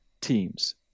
teams